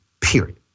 period